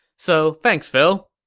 so, thanks phil!